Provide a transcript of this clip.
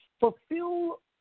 Fulfill